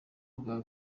bwa